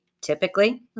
typically